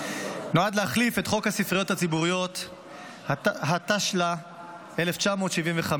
-- התשל"ה 1975,